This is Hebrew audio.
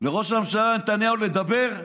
לראש הממשלה נתניהו לדבר,